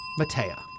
Matea